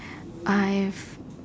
I have